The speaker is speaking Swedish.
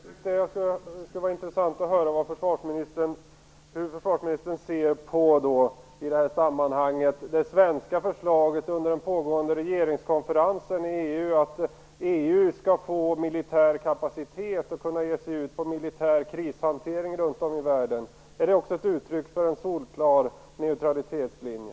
Fru talman! Jag tycker att det skulle vara intressant att i detta sammanhang höra hur försvarsministern ser på det svenska förslaget under den pågående regeringskonferensen i EU att EU skall få militär kapacitet och kunna ge sig ut på militär krishantering runt om i världen. Är det också ett uttryck för en solklar neutralitetslinje?